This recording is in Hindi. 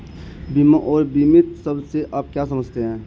बीमा और बीमित शब्द से आप क्या समझते हैं?